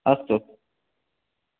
अस्तु